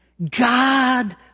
God